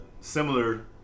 similar